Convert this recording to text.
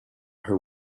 her